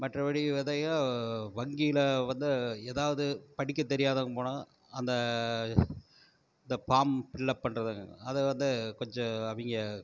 மற்றபடி எதையும் வங்கியில் வந்து ஏதாவது படிக்க தெரியாதவங்கள் போனால் அந்த இந்த ஃபார்ம் ஃபில் அப் பண்ணுறது அதை வந்து கொஞ்சம் அவங்க